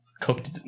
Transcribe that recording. cooked